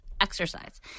Exercise